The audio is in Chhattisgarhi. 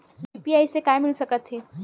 यू.पी.आई से का मिल सकत हे?